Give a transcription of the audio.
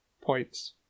points